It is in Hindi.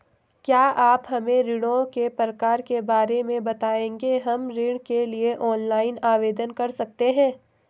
क्या आप हमें ऋणों के प्रकार के बारे में बताएँगे हम ऋण के लिए ऑनलाइन आवेदन कर सकते हैं?